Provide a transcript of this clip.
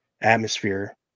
atmosphere